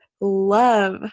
love